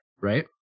right